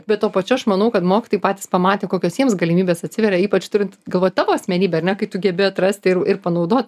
bet tuo pačiu aš manau kad mokytojai patys pamatė kokios jiems galimybės atsiveria ypač turint galvoj tavo asmenybę ar ne kai tu gebi atrast ir ir panaudot